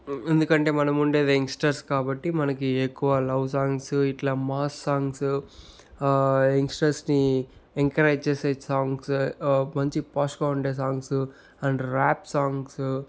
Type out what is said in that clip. ఎందుకంటే మనం ఉండేది యంగ్స్టర్స్ కాబట్టి మనకి ఎక్కువ లవ్ సాంగ్స్ ఇట్లా మాస్ సాంగ్స్ యంగ్స్టర్స్ని ఎంకరేజ్ చేసే సాంగ్స్ మంచి పార్శ్గా ఉండే సాంగ్స్ అండ్ ర్యాప్ సాంగ్స్